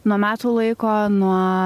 nuo metų laiko nuo